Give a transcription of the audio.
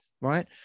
right